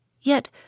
Yet